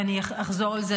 ואני אחזור על זה.